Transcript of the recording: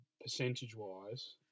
percentage-wise